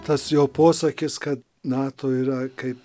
tas jo posakis kad nato yra kaip